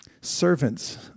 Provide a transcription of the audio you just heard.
servants